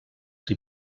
són